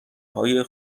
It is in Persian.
های